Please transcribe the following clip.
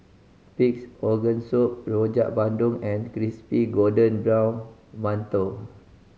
Pig's Organ Soup Rojak Bandung and crispy golden brown mantou